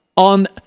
on